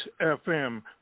FM